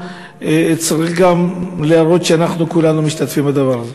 צריך להראות שכולנו משתתפים בדבר הזה.